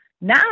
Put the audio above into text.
Now